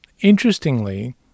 interestingly